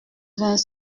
vingt